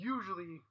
Usually